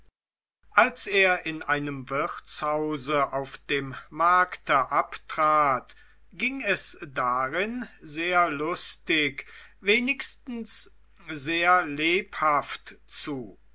als er in einem wirtshause auf dem markte abtrat ging es darin sehr lustig wenigstens sehr lebhaft zu